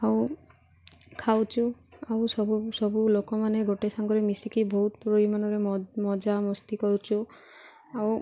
ଆଉ ଖାଉଛୁ ଆଉ ସବୁ ସବୁ ଲୋକମାନେ ଗୋଟେ ସାଙ୍ଗରେ ମିଶିକି ବହୁତ ପରିମାଣରେ ମଜା ମସ୍ତି କରୁଛୁ ଆଉ